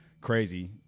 crazy